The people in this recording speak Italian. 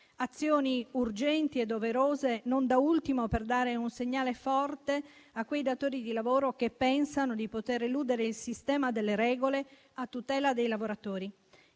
azioni urgenti e doverose, non da ultimo per dare un segnale forte a quei datori di lavoro che pensano di poter eludere il sistema delle regole a tutela dei lavoratori